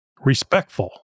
respectful